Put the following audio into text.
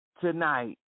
tonight